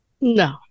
no